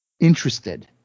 interested